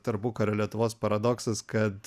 tarpukario lietuvos paradoksas kad